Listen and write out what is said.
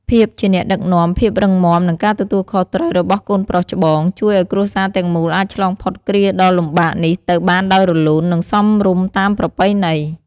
ភាពជាអ្នកដឹកនាំ ភាពរឹងមាំ និងការទទួលខុសត្រូវរបស់កូនប្រុសច្បង ជួយឲ្យគ្រួសារទាំងមូលអាចឆ្លងផុតគ្រាដ៏លំបាកនេះទៅបានដោយរលូន និងសមរម្យតាមប្រពៃណី។